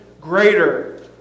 greater